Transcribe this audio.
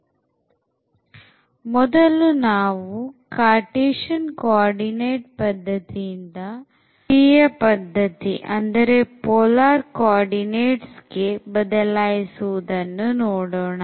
slide ಸಮಯ 0029 ನೋಡಿ ಮೊದಲು ನಾವು cartesian coordinate ಪದ್ಧತಿ ಇಂದ ಧ್ರುವೀಯ ಪದ್ಧತಿಗೆ ಬದಲಾಯಿಸುವುದನ್ನು ನೋಡೋಣ